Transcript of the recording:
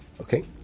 Okay